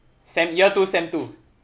sem year two sem two